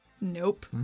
Nope